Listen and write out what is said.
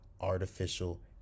artificial